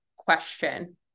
question